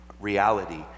reality